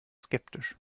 skeptisch